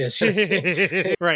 Right